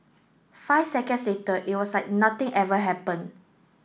five seconds later it was like nothing ever happened